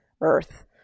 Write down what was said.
Earth